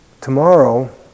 Tomorrow